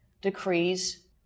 decrees